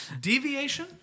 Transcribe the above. Deviation